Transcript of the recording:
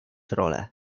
role